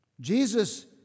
Jesus